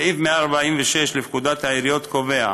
סעיף 146 לפקודת העיריות קובע